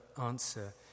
answer